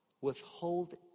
Withhold